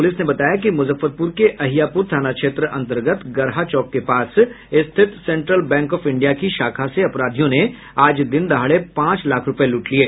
police ने बताया कि मुजफ्फरपुर के अहियापुर थाना क्षेत्र अंतर्गत गरहा चौक के पास स्थित सेंट्रल बैंक ऑफ इंडिया की शाखा से अपराधियों ने आज दिन दहाड़े पांच लाख रूपये लूट लिये